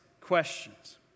questions